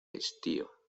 estío